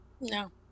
no